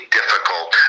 difficult